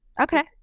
Okay